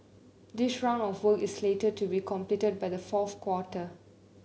this round of works is slated to be completed by the fourth quarter